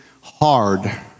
hard